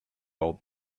old